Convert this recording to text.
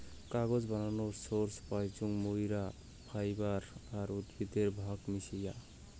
কাগজ বানানোর সোর্স পাইচুঙ মুইরা ফাইবার আর উদ্ভিদের ভাগ মিশায়া